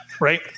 Right